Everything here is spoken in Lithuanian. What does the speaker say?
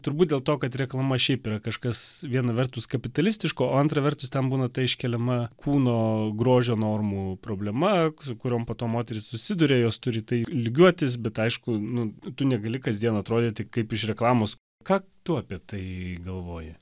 turbūt dėl to kad reklama šiaip yra kažkas viena vertus kapitalistiško o antra vertus ten būna ta iškeliama kūno grožio normų problema su kuriom po to moterys susiduria jos turi į tai lygiuotis bet aišku nu tu negali kasdien atrodyti kaip iš reklamos ką tu apie tai galvoji